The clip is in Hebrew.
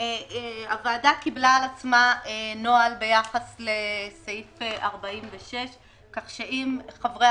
הוועדה קיבלה על עצמה נוהל ביחס לסעיף 46 האומר שאם חברי